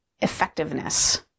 effectiveness